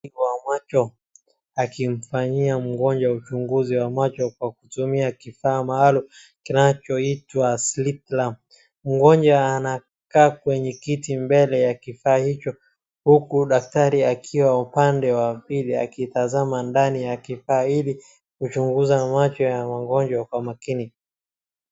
Mududumu wa macho akimfanyia mgonjwa uchunguzi wa macho kwa kutumia kifaa maalum kinachoitwa sliclum , mgonjwa anakaa kwenye kiti mbele ya kifaa hicho huku daktari akiwa upande wa pili akitazama ndani ya kifaa ili kuchunguza macho ya wagonjwa kwa makini.